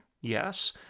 yes